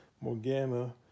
Morgana